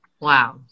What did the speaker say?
Wow